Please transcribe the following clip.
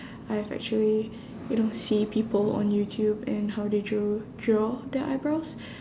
I've actually you know see people on youtube and how they drew draw their eyebrows